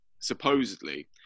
supposedly